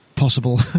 possible